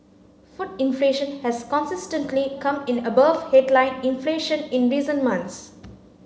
food inflation has consistently come in above headline inflation in recent months